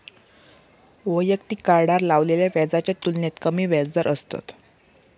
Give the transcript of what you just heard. वैयक्तिक कार्डार लावलेल्या व्याजाच्या तुलनेत कमी व्याजदर असतत